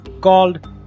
called